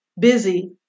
busy